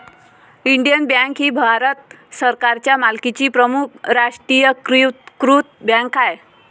Indian bank ही भारत सरकारच्या मालकीची प्रमुख राष्ट्रीयीकृत बँक आहे